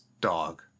dog